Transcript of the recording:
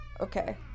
Okay